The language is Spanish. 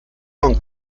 con